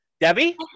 Debbie